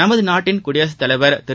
நமது நாட்டின் குடியரசுத்தலைவர் திரு